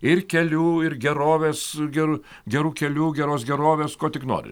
ir kelių ir gerovės gerų gerų kelių geros gerovės ko tik nori